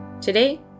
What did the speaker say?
Today